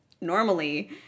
normally